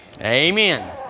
Amen